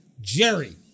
Jerry